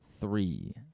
Three